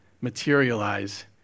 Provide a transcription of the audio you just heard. materialize